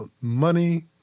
money